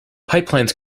pipelines